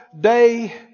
day